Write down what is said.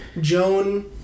Joan